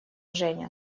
женя